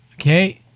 Okay